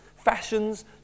fashions